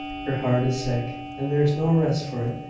her heart is sick, and there is no rest for it,